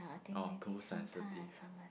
uh too sensitive